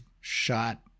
shot